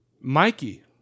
Mikey